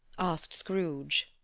asked scrooge.